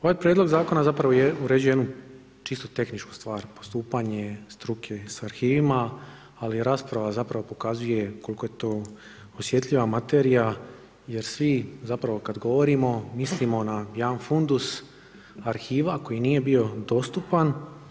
Ovaj Prijedlog zakona zapravo uređuje jednu čisto tehničku stvar, postupanje struke sa arhivima, ali rasprava zapravo pokazuje koliko je to osjetljiva materija, jer svi zapravo kad govorimo mislimo na jedan fundus arhiva koji nije bio dostupan.